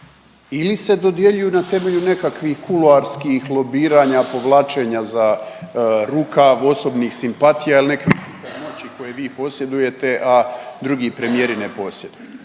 ili se dodjeljuju na temelju nekakvih kuloarskih lobiranja, povlačenja za rukav, osobnih simpatija ili neke … moći koje vi posjedujete, a drugi premijeri ne posjeduju?